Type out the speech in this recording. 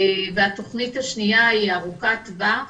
והתכנית השנייה היא ארוכת טווח